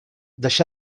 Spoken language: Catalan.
deixà